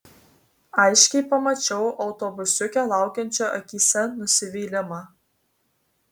aiškiai pamačiau autobusiuke laukiančio akyse nusivylimą